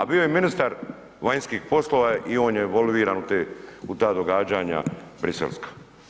A bio je ministar vanjskih poslova i on je involviran u ta događanja briselska.